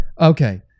okay